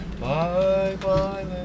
Bye-bye